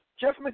Jeff